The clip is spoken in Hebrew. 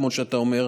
כמו שאתה אומר,